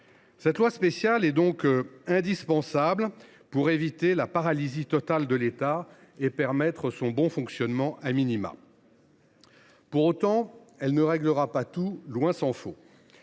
Cette loi spéciale est donc indispensable pour éviter la paralysie totale de l’État et permettre son bon fonctionnement minimal. Pour autant, elle ne réglera pas tout, tant s’en faut.